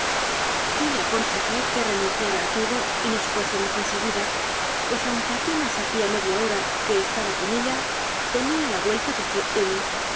yo le aconsejé que renunciara a todo y nos fuésemos en seguida pues aunque apenas hacía media hora que estaba con ella temía la vuelta de